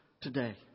today